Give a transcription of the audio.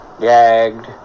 gagged